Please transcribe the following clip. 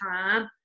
time